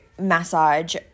massage